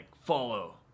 follow